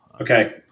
Okay